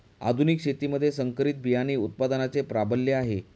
आधुनिक शेतीमध्ये संकरित बियाणे उत्पादनाचे प्राबल्य आहे